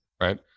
right